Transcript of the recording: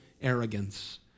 Arrogance